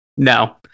No